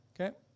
okay